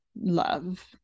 love